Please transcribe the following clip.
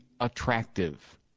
attractive